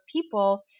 people